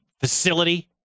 facility